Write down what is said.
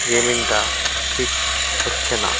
গেমিংটা ঠিক হচ্ছে না